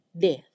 death